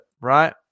right